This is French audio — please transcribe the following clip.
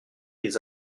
les